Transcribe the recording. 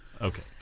Okay